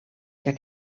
que